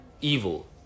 evil